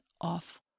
off